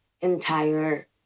entire